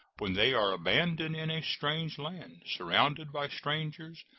when they are abandoned in a strange land, surrounded by strangers,